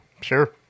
Sure